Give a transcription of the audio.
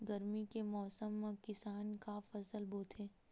गरमी के मौसम मा किसान का फसल बोथे?